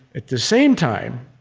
at the same time,